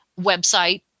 website